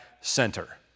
center